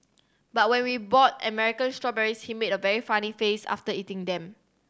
but when we bought American strawberries he made a very funny face after eating them